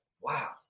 wow